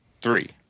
three